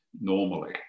normally